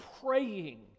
praying